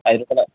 ఐదు